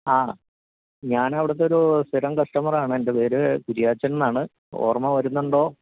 ആ ഞാൻ അവിടുത്തെ ഒരു സ്ഥിരം കസ്റ്റമറാണ് എൻ്റെ പേര് കുരിയാച്ചൻ എന്നാണ് ഓർമ വരുന്നുണ്ടോ